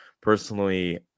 personally